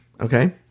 okay